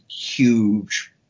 huge